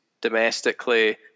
domestically